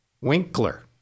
Winkler